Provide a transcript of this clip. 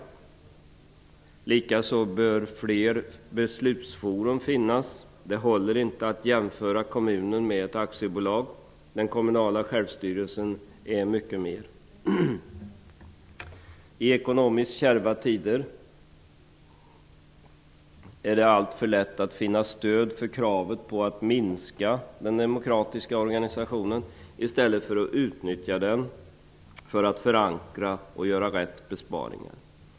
Likaså bör fler beslutsfora finnas. Det håller inte att jämföra kommunen med ett aktiebolag. Den kommunala självstyrelsen är mycket mer. I ekonomiskt kärva tider är det alltför lätt att finna stöd för kravet på att minska den demokratiska organisationen i stället för att utnyttja den för att förankra och göra de rätta besparingarna.